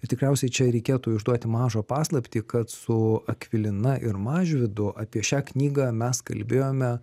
ir tikriausiai čia reikėtų išduoti mažą paslaptį kad su akvilina ir mažvydu apie šią knygą mes kalbėjome